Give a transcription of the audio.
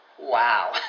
Wow